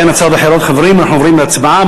באין הצעות אחרות, חברים, אנחנו עוברים להצבעה.